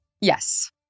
yes